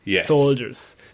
soldiers